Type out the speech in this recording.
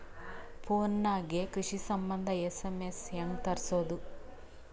Phone ನಾಗೆ ಕೃಷಿ ಸಂಬಂಧ ಎಸ್.ಎಮ್.ಎಸ್ ಹೆಂಗ ತರಸೊದ?